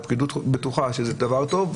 הפקידות בטוחה שזה דבר טוב,